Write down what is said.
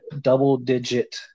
double-digit